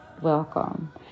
welcome